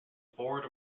board